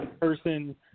person –